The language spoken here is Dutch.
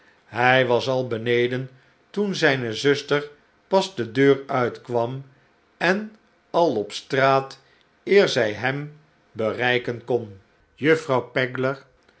hij was al beneden toen zijne zuster pas de deur uitkwam en al op straat eer zij hem bereiken kon juffrouw pegler